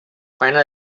faena